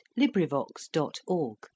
LibriVox.org